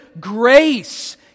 grace